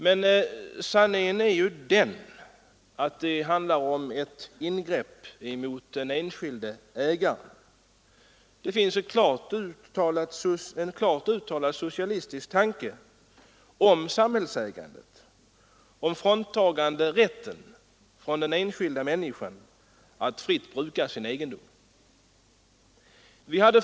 Men sanningen är ju den att det handlar om ett ingrepp emot den enskilde ägaren. Det finns en klart uttalad socialistisk tanke om samhällsägande, om att fråntaga den enskilda människan rätten att fritt bruka sin egendom.